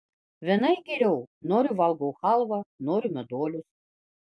vienai geriau noriu valgau chalvą noriu meduolius